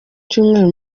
cyumweru